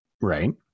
right